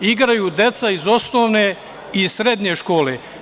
Igraju deca iz osnovne i srednje škole.